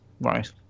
Right